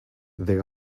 they